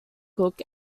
cook